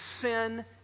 sin